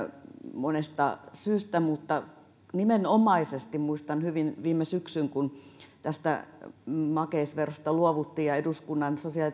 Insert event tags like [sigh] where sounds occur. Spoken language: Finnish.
monesta syystä mutta nimenomaisesti muistan hyvin viime syksyn kun makeisverosta luovuttiin ja eduskunnan sosiaali [unintelligible]